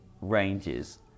ranges